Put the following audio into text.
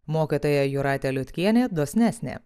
mokytoja jūratė liutkienė dosnesnė